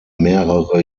mehrere